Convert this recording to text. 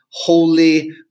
Holy